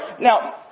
Now